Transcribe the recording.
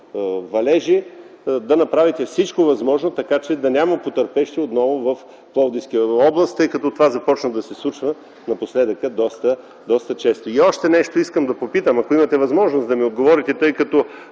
валежи, да направите всичко възможно така, че да няма потърпевши отново в Пловдивска област. Това започна да се случва напоследък доста често там. И още нещо искам да попитам, ако имате възможност да ни отговорите, тъй като